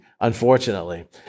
unfortunately